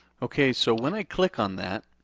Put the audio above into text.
okay, so when i click on that,